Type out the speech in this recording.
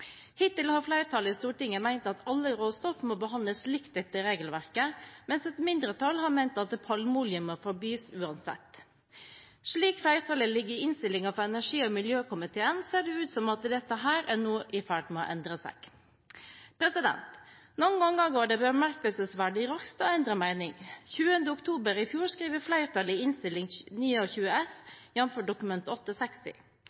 Hittil har flertallet i Stortinget ment at alle råstoff må behandles likt etter regelverket, mens et mindretall har ment at palmeolje må forbys uansett. Slik flertallet er i innstillingen fra energi- og miljøkomiteen, ser det ut som dette nå er i ferd med å endre seg. Noen ganger går det bemerkelsesverdig raskt å endre mening. Den 20. oktober i fjor skrev flertallet i